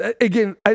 again